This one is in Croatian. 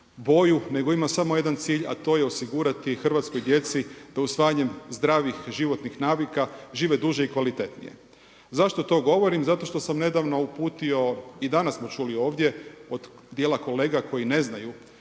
boju, nego ima samo jedan cilj a to je osigurati hrvatskoj djeci da usvajanjem zdravih životnih navika žive duže i kvalitetnije. Zašto to govorim? Zato što sam nedavno uputio i danas smo čuli ovdje od dijela kolega koji ne znaju